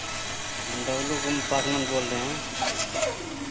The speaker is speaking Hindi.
हम डब्लू कुम पासवन बोल रहे हैं